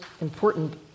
important